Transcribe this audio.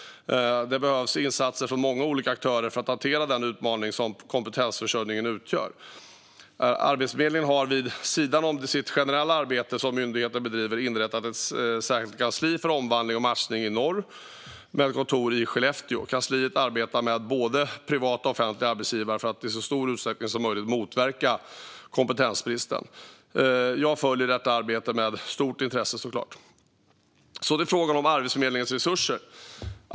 Det behövs insatser från många olika aktörer för att hantera den utmaning som kompetensförsörjningen utgör. Arbetsförmedlingen har, vid sidan om det generella arbete som myndigheten bedriver, inrättat ett kansli för omvandling och matchning i norr med kontor i Skellefteå. Kansliet arbetar med både privata och offentliga arbetsgivare för att i så stor utsträckning som möjligt motverka kompetensbrist. Jag följer detta arbete med stort intresse. Så till frågan om Arbetsförmedlingens resurser.